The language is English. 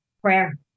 Prayer